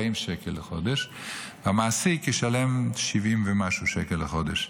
שקל לחודש והמעסיק ישלם 70 ומשהו שקל לחודש.